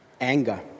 anger